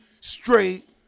straight